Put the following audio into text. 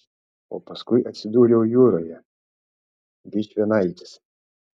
o paskui atsidūriau jūroje vičvienaitis